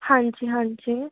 ਹਾਂਜੀ ਹਾਂਜੀ